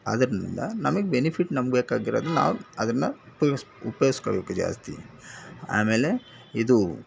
ಆದ್ರಿಂದ ನಮಗ್ ಬೆನಿಫಿಟ್ ನಮ್ಗೆ ಬೇಕಾಗಿರೋದು ನಾವು ಅದನ್ನು ಉಪಯೋಗ್ಸಿ ಉಪ್ಯೋಗಿಸ್ಕೋಬೇಕು ಜಾಸ್ತಿ ಆಮೇಲೆ ಇದು